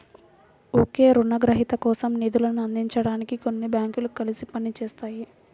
ఒకే రుణగ్రహీత కోసం నిధులను అందించడానికి కొన్ని బ్యాంకులు కలిసి పని చేస్తాయి